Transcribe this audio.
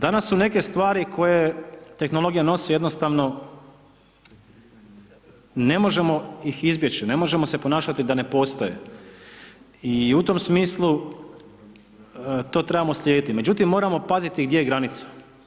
Danas su neke stvari koje tehnologija nosi jednostavno ne možemo ih izbjeći ne možemo se ponašati da ne postoje i u tom smislu to trebamo slijediti, međutim moramo paziti gdje je granica.